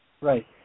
Right